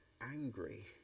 angry